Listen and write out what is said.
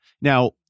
Now